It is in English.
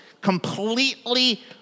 completely